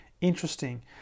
interesting